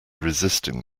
resisting